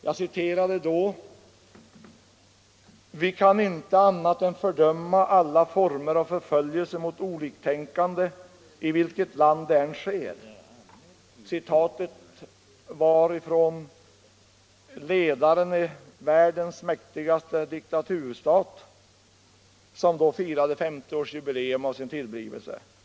Jag citerade då: ”Vi kan inte annat än fördöma alla former av förföljelse mot oliktänkande i vilket land det än sker.” Citatet är hämtat från ledaren av världens mäktigaste diktaturstat, som då firade 50-årsjubileum av sin tillblivelse.